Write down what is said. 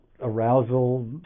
arousal